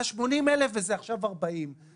הסכום היה 80 אלף ועכשיו הוא 40 אלף שקלים,